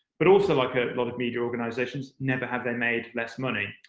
but also, like a lot of media organisations, never have they made less money.